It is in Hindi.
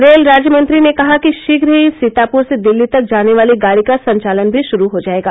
रेल राज्यमंत्री ने कहा कि शीघ्र ही सीतापूर से दिल्ली तक जाने वाली गाड़ी का संचालन भी शुरू हो जायेगा